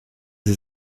sie